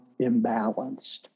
imbalanced